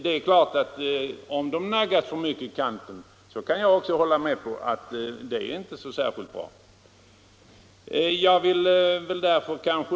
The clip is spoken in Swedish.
Det är klart att jag kan hålla med om att det | inte är särskilt bra ifall denna tid naggas för mycket i kanten.